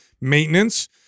maintenance